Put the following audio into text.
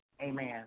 Amen